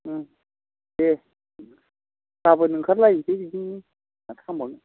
दे गाबोन ओंखारलायनोसै बिदिनो माथो खालामबावनो